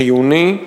חיוני,